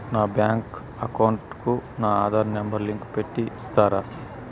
నా bank account కు నా ఆధార్ నెంబర్ లింకు పెట్టి ఇస్తారా?